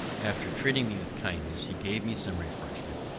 after treating me with kindness, he gave me some refreshment,